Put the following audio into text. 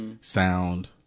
sound